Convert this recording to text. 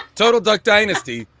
total duck dynasty.